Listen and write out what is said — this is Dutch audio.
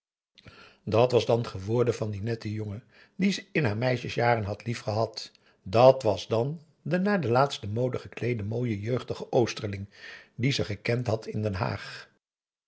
dat was dan geworden van dien netten jongen dien ze in haar meisjesjaren had liefgehad dàt was dan de naar de laatste mode gekleede mooi jeugdige oosterling dien ze gekend had in den haag